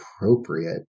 appropriate